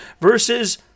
versus